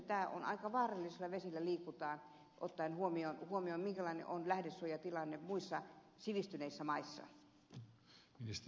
minun mielestäni aika vaarallisilla vesillä liikutaan ottaen huomioon minkälainen on lähdesuojatilanne muissa sivistyneissä maissa